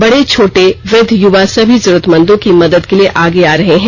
बड़े छोटे वृद्ध युवा सभी जरूरतमन्दों की मदद के लिए आगे आ रहे हैं